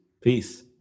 Peace